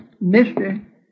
Mister